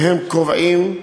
והם קובעים,